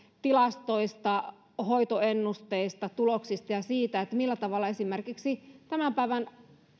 tilastoista hoitoennusteista tuloksista ja siitä millä tavalla esimerkiksi tämän päivän